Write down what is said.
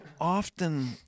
often